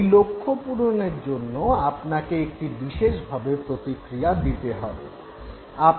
এই লক্ষ্য পূরণের জন্য আপনাকে একটি বিশেষভাবে প্রতিক্রিয়া দিতে হবে